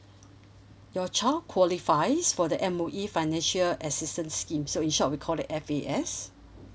your child qualifies for the M_O_E financial assistance scheme so in short we call it F_A_S